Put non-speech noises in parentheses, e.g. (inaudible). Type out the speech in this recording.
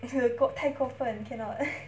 (laughs) 过太过分 cannot